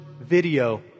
video